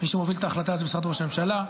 מי שמוביל את ההחלטה זה משרד ראש הממשלה,